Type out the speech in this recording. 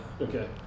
Okay